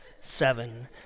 seven